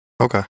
okay